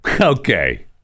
Okay